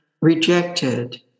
rejected